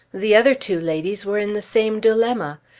the other two ladies were in the same dilemma.